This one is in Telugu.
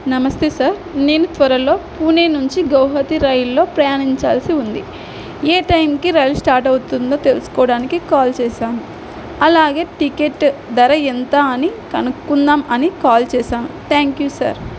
నమస్తే సార్ నేను త్వరలో పూణే నుంచి గౌహతి రైల్లో ప్రయాణించాల్సి ఉంది ఏ టైంకి రైలు స్టార్ట్ అవుతుందో తెలుసుకోవడానికి కాల్ చేశాను అలాగే టికెట్ ధర ఎంత అని కనుక్కుందాం అని కాల్ చేశాను థ్యాంక్ యూ సార్